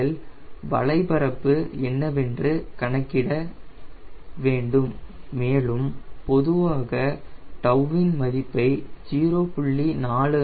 நீங்கள் வளைபரப்பு என்னவென்று கணக்கிட வேண்டும் மேலும் பொதுவாக 𝜏 இன் மதிப்பை 0